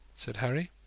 said harry.